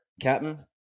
Captain